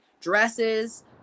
dresses